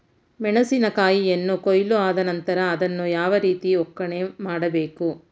ಮೆಣಸಿನ ಕಾಯಿಯನ್ನು ಕೊಯ್ಲು ಆದ ನಂತರ ಅದನ್ನು ಯಾವ ರೀತಿ ಒಕ್ಕಣೆ ಮಾಡಬೇಕು?